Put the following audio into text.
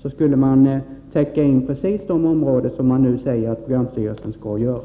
sättet skulle man täcka in precis de områden som man nu säger att programstyrelsen skall göra.